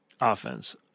offense